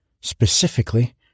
Specifically